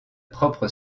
propre